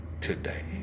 today